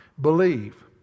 believe